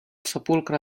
sepulcre